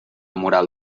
moral